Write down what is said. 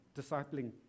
discipling